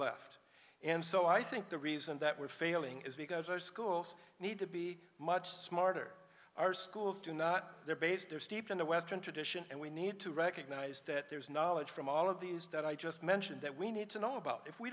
left and so i think the reason that we're failing is because our schools need to be much smarter our schools do not they're based there steeped in the western tradition and we need to recognize that there's knowledge from all of these that i just mentioned that we need to know about if we